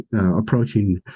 approaching